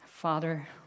Father